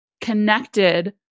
connected